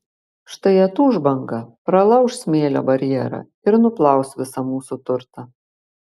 štai atūš banga pralauš smėlio barjerą ir nuplaus visą mūsų turtą